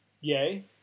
yay